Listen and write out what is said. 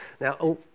Now